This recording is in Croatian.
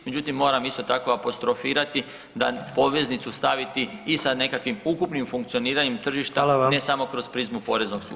Međutim, moram isto tako apostrofirati da poveznicu staviti i sa nekakvim ukupnim funkcioniranjem tržišta [[Upadica: Hvala vam]] ne samo kroz prizmu poreznog sustava.